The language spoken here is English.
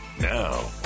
Now